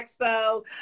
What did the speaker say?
expo